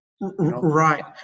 right